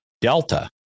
Delta